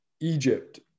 Egypt